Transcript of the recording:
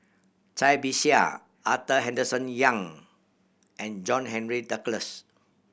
Cai Bixia Arthur Henderson Young and John Henry Duclos